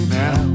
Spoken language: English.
now